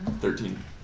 Thirteen